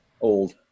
old